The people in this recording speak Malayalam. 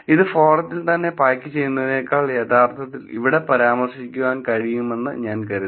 ഇത് ഫോറത്തിൽ തന്നെ പായ്ക്ക് ചെയ്യുന്നതിനേക്കാൾ യഥാർത്ഥത്തിൽ ഇവിടെ പരാമർശിക്കാൻ കഴിയുമെന്ന് ഞാൻ കരുതി